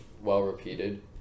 well-repeated